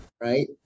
right